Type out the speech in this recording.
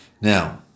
Now